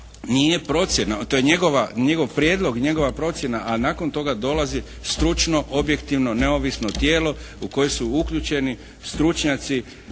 nije procjena. To je njegova, njegov prijedlog, njegova procjena a nakon toga dolazi stručno, objektivno, neovisno tijelo u koje su uključeni stručnjaci,